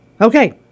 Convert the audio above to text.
Okay